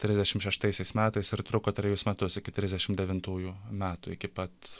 trisdešim šeštaisiais metais ir truko trejus metus iki trisdešimt devintųjų metų iki pat